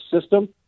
system